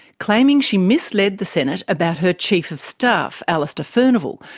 claiming she misled the senate about her chief of staff, alastair furnival,